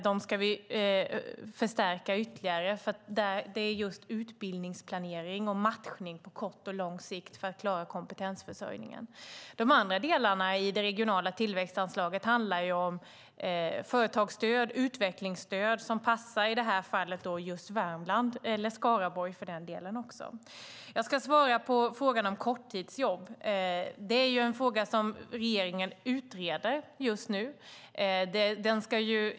Dem ska vi förstärka ytterligare. Det handlar just om utbildningsplanering och matchning på kort och lång sikt, för att klara kompetensförsörjningen. De andra delarna i det regionala tillväxtanslaget handlar om företagsstöd och utvecklingsstöd som passar i detta fall just Värmland, eller för den delen Skaraborg. Jag ska svara på frågan om korttidsjobb. Det är en fråga som regeringen utreder just nu.